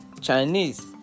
Chinese